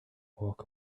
walk